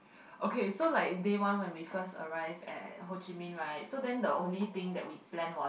okay so like day one when we first arrive at Ho Chi Minh right so then the only thing that we plan was